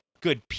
good